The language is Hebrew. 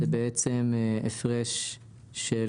בהווה, זה הפרש של